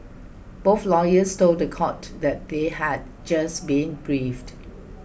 both lawyers told the court that they had just been briefed